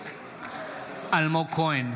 אלמוג כהן,